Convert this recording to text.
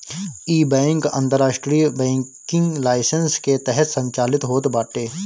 इ बैंक अंतरराष्ट्रीय banking licence के तहत संचालित होत बाटे